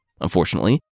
Unfortunately